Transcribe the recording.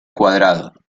cuadrado